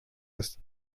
ist